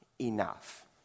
enough